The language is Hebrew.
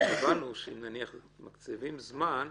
הבנו שמקציבים זמן,